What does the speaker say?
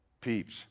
Peeps